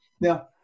Now